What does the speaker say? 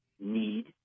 need